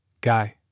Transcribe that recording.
guy